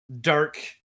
dark